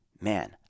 man